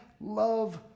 love